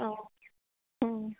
অঁ অঁ